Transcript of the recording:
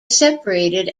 separated